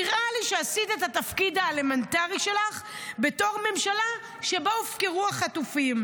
נראה לי שעשית את התפקיד האלמנטרי שלך בתור ממשלה שבה הופקרו החטופים.